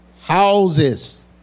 houses